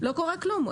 לא קורה כלום.